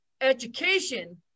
education